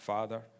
Father